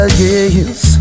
yes